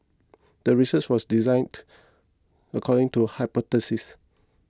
the research was designed according to a hypothesis